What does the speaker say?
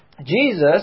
Jesus